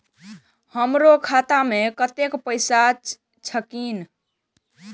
हमरो खाता में कतेक पैसा छकीन?